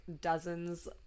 dozens